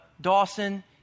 Dawson